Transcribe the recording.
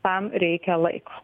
tam reikia laiko